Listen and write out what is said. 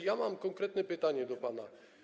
Ja mam konkretne pytanie do pana.